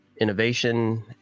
innovation